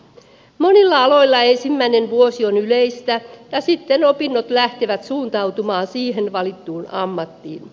monilla aloilla ensimmäinen vuosi on yleistä ja sitten opinnot lähtevät suuntautumaan siihen valittuun ammattiin